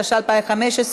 התשע"ה 2015,